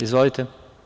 Izvolite.